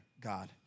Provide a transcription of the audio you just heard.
God